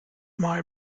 mal